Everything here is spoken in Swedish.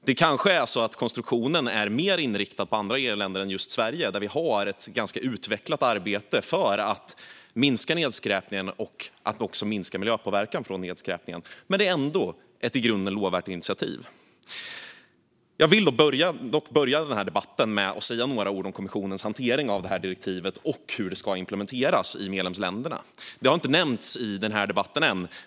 Det kanske är så att konstruktionen är mer inriktad på andra EU-länder än just Sverige, där vi har ett ganska utvecklat arbete för att minska nedskräpningen och dess miljöpåverkan, men det är ändå ett i grunden lovvärt initiativ. Jag vill dock börja med att säga några ord om kommissionens hantering av direktivet och hur det ska implementeras i medlemsländerna, vilket inte har nämnts i den här debatten än.